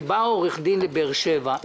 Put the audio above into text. שבא עורך דין לבאר שבע,